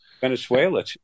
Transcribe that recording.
Venezuela